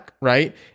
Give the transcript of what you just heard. right